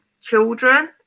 children